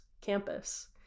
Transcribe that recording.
campus